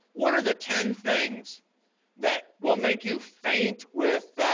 what are the ten things that will make you faint with,